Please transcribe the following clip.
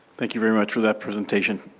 thank you very much for that presentation.